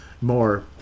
more